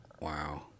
Wow